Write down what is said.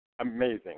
amazing